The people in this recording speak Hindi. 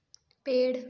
पेड़